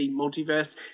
Multiverse